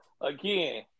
Again